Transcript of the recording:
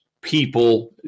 people